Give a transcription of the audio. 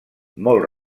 molt